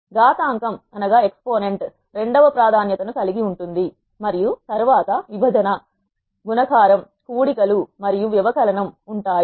ఘాతం కం రెండవ ప్రాధాన్య తను కలిగి ఉంటుంది మరియు తరువాత విభజన గుణకారం కూడి కలు మరియు వ్యవకలనం ఉంటుంది